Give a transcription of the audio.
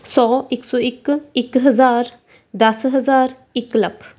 ਸੌ ਇੱਕ ਸੌ ਇੱਕ ਇੱਕ ਹਜ਼ਾਰ ਦਸ ਹਜ਼ਾਰ ਇੱਕ ਲੱਖ